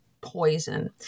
poison